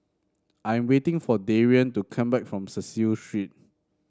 I am waiting for Darian to come back from Cecil Street